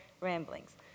ramblings